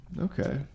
Okay